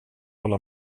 hålla